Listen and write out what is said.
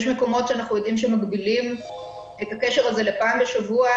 יש מקומות שבהם אנחנו יודעים שמגבילים את הקשר הזה לפעם בשבוע,